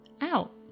out